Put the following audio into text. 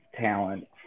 talent